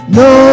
no